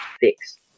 fixed